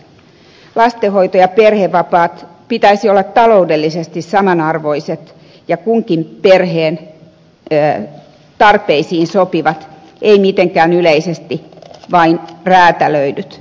lastenhoito ja perhevapaiden pitäisi olla taloudellisesti samanarvoiset ja kunkin perheen tarpeisiin sopivat ei mitenkään yleisesti vain räätälöidyt